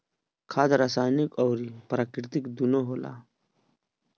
खाद रासायनिक अउर प्राकृतिक दूनो होला